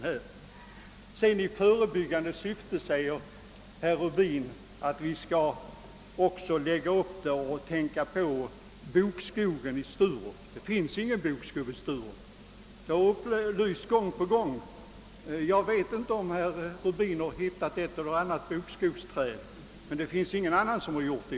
Herr Rubin säger vidare, att vi i förebyggande syfte skall tänka på bokskogen i Sturup. Det finns ingen bokskog i Sturup. Det har upplysts gång på gång. Jag vet inte, om herr Rubin har sett ett och annat bokträd i Sturup. Någon annan har inte gjort det.